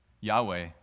Yahweh